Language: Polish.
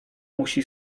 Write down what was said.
musi